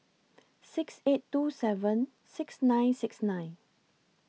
six eight two seven six nine six nine